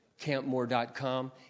campmore.com